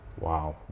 Wow